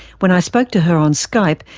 when i spoke to her on skype,